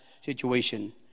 situation